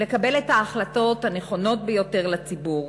ולקבל את ההחלטות הנכונות ביותר לציבור.